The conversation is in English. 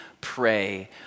pray